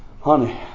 honey